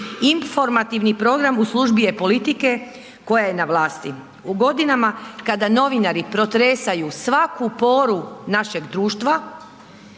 Informativni program u službi je politike koja je na vlasti. U godinama kada novinari protresaju svaku poru našeg društva